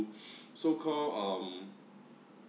so-called um